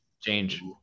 change